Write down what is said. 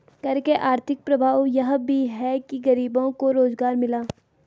कर के आर्थिक प्रभाव यह भी है कि गरीबों को रोजगार मिला